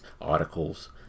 articles